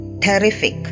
Terrific